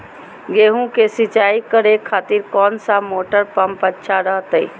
गेहूं के सिंचाई करे खातिर कौन सा मोटर पंप अच्छा रहतय?